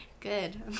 Good